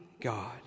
god